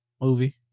movie